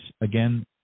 again